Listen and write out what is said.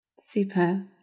Super